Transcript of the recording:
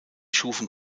schufen